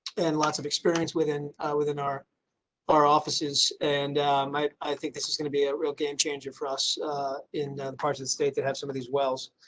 and lots of experience within within our our offices, and i think this is going to be a real game changer for us in parts of the state that have some of these wells.